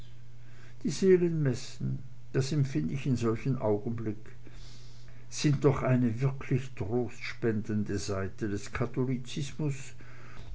die seelenmessen das empfind ich in solchem augenblicke sind doch eine wirklich trostspendende seite des katholizismus